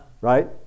Right